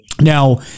Now